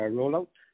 Rollout